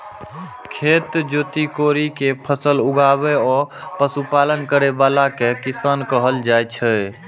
खेत जोति कोड़ि कें फसल उगाबै आ पशुपालन करै बला कें किसान कहल जाइ छै